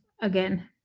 again